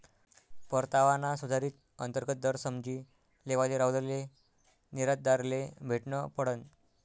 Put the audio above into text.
परतावाना सुधारित अंतर्गत दर समझी लेवाले राहुलले निर्यातदारले भेटनं पडनं